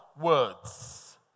words